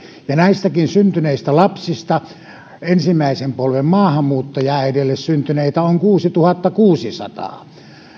ja näistäkin syntyneistä lapsista ensimmäisen polven maahanmuuttajaäideille syntyneitä on kuusituhattakuusisataa